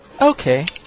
Okay